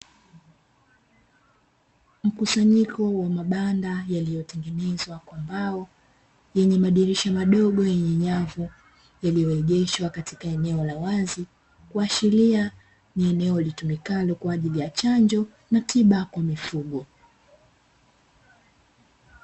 Mkusanyiko wa mabanda yaliyotengenezwa kwa mbao, yenye madirisha madogo yenye nyavu yaliyoegeshwa katika eneo la wazi, kuashiria ni eneo litumikalo kwa ajili ya chanjo na tiba kwa mifugo.